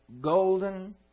golden